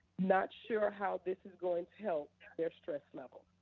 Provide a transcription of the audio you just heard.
not sure how this is going to help their stress level.